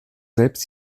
selbst